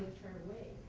turn away.